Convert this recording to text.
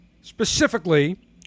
Specifically